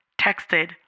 texted